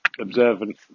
observant